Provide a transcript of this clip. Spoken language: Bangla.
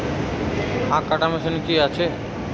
আখ কাটা মেশিন কি আছে?